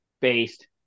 based